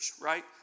right